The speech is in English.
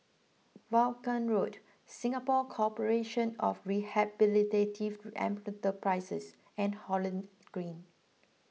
Vaughan Road Singapore Corporation of Rehabilitative Enterprises and Holland Green